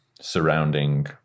surrounding